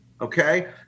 okay